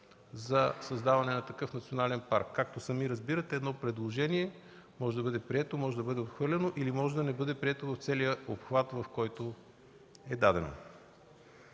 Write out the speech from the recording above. за създаване на такъв национален парк. Както сами разбирате, едно предложение може да бъде прието, може да бъде отхвърлено или да не бъде прието в целия обхват, в който е дадено.